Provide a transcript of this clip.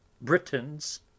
Britons